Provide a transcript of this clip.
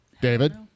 David